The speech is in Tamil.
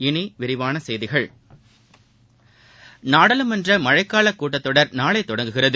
இனி விரிவான செய்திகள் நாடாளுமன்ற மழைக்கால கூட்டத் தொடர் நாளை தொடங்குகிறது